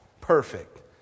perfect